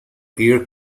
air